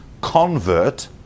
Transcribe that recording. convert